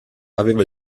aveva